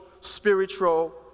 spiritual